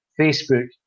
Facebook